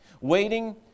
waiting